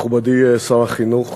מכובדי שר החינוך,